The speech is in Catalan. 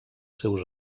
seus